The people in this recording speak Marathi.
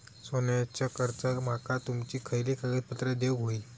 सोन्याच्या कर्जाक माका तुमका खयली कागदपत्रा देऊक व्हयी?